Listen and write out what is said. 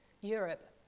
Europe